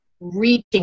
reaching